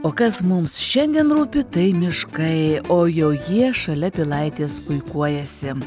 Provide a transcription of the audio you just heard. o kas mums šiandien rūpi tai miškai o jau jie šalia pilaitės puikuojasi